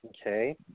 Okay